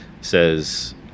says